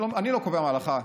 אני לא קובע מה ההלכה.